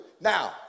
Now